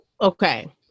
Okay